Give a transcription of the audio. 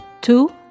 Two